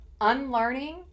unlearning